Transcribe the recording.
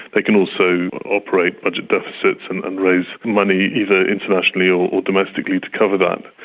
they can also operate budget deficits and and raise money, either internationally or domestically to cover that.